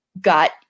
got